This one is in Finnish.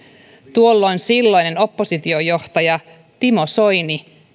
tuolloin silloinen oppositiojohtaja timo soini